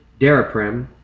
Daraprim